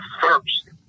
first